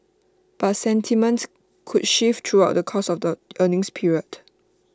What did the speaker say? but sentiments could shift throughout the course of the earnings period